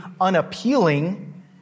unappealing